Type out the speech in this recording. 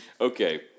Okay